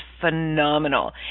phenomenal